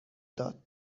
داد